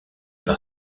par